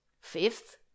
Fifth